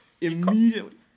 Immediately